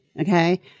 Okay